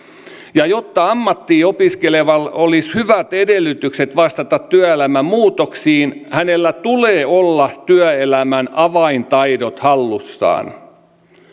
ja jotta ammattiin opiskelevalla olisi hyvät edellytykset vastata työelämän muutoksiin hänellä tulee olla työelämän avaintaidot hallussaan